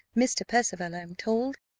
mr. percival, i am told,